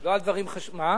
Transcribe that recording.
לא על דברים חשובים.